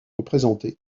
représentées